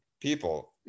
people